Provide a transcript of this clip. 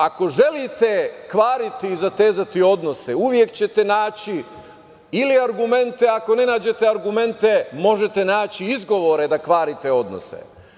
Ako želite kvariti i zatezati odnose, uvek ćete naći ili argumente, ako ne nađete argumente, možete naći izgovore da kvarite odnose.